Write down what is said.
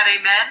amen